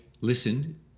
listened